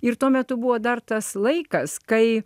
ir tuo metu buvo dar tas laikas kai